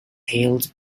held